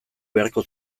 beharko